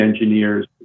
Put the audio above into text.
engineers